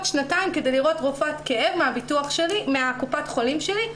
שנתיים כדי לראות רופאת כאב מקופת החולים שלי,